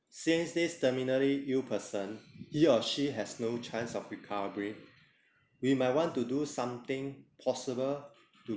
since this terminally ill person he or she has no chance of recovery we might want to do something possible to